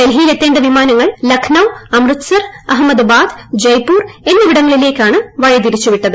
ഡൽഹിയിലെത്തേണ്ട വിമാനങ്ങൾ ലഗ്നൌ അമൃത്സർ അഹമ്മദാബാദ് ജയ്പ്പൂർ എന്നിവിടങ്ങളിലേക്കാണ് തിരിച്ചുവിട്ടത്